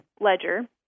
ledger